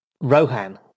Rohan